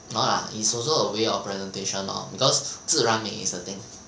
no lah is also a way of presentation orh because 自然美 is a thing